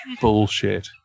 bullshit